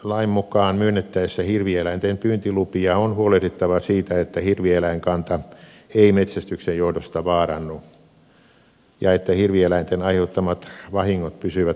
metsästyslain mukaan myönnettäessä hirvieläinten pyyntilupia on huoleh dittava siitä että hirvieläinkanta ei metsästyksen johdosta vaarannu ja että hirvieläinten aiheuttamat vahingot pysyvät kohtuullisella tasolla